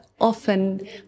often